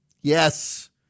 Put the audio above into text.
Yes